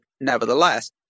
nevertheless